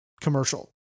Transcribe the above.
commercial